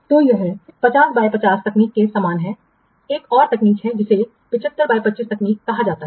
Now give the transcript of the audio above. तो यह तकनीक के समान है एक और तकनीक है जिसे तकनीक कहा जाता है